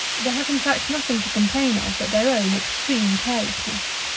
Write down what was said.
they have, in fact nothing to complain of but their own extreme carelessness.